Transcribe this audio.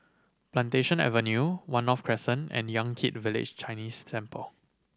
Plantation Avenue One North Crescent and Yan Kit Village Chinese Temple